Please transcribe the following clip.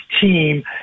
team